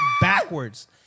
backwards